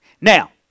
Now